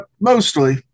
mostly